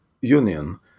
Union